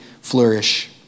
flourish